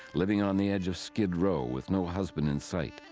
living on the edge of skid row, with no husband in sight.